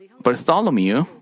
Bartholomew